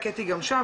הקאתי גם שם,